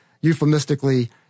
euphemistically